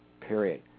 period